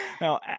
Now